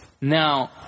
Now